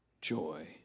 joy